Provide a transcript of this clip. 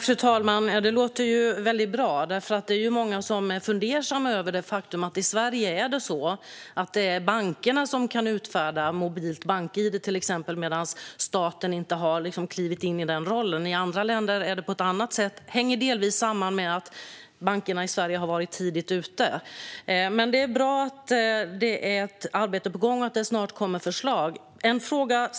Fru talman! Det låter ju väldigt bra. Det är många som är fundersamma över det faktum att det i Sverige är bankerna som kan utfärda till exempel mobilt bank-id medan staten inte har klivit in i den rollen. I andra länder är det på ett annat sätt. Det hänger delvis samman med att bankerna i Sverige har varit tidigt ute. Men det är bra att det är ett arbete på gång och att det snart kommer förslag.